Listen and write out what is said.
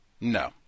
No